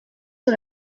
sur